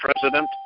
president